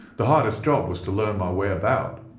the hardest job was to learn my way about,